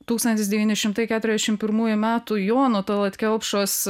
tūkstantis devyni šimtai keturiasdešim pirmųjų metų jono tallat kelpšos